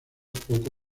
poco